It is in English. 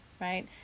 right